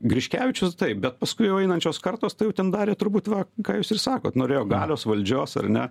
griškevičius taip bet paskui jau einančios kartos tai jau ten darė turbūt va ką jūs ir sakot norėjo galios valdžios ar ne